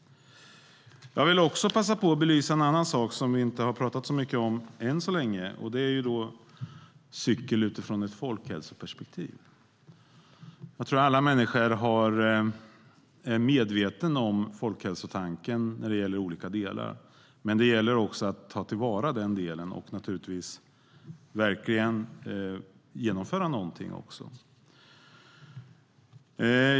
Jag vill också passa på att belysa en annan sak som vi inte har pratat så mycket om än så länge, och det är cykel utifrån ett folkhälsoperspektiv. Jag tror att alla människor är medvetna om folkhälsotanken, men det gäller att ta till vara detta och verkligen genomföra någonting också.